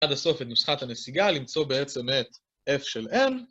‫עד הסוף את נוסחת הנסיגה, ‫למצוא בעצם את F של M.